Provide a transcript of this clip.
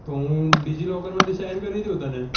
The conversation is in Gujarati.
તો હું ડિજીલોકરમાંથી શેર કરી દઉં તને